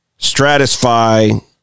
stratify